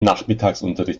nachmittagsunterricht